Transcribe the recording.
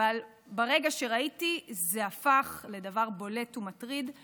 אבל ברגע שראיתי זה הפך לדבר בולט ומטריד,